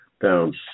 down